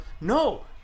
No